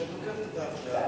שאת תוקפת אותה עכשיו,